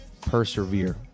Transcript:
persevere